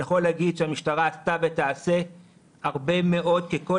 אני יכול להגיד שהמשטרה עשתה ותעשה הרבה מאוד ככל